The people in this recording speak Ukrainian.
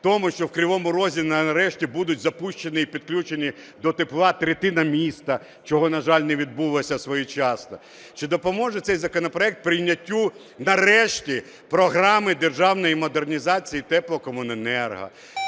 тому, що в Кривому Розі нарешті буде запущена і підключена до тепла третина міста, чого, на жаль, не відбулося своєчасно? Чи допоможе цей законопроект прийняттю нарешті програми державної модернізації теплокомуненерго,